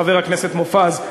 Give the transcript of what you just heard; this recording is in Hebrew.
חבר הכנסת מופז,